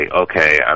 okay